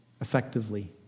effectively